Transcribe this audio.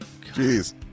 Jeez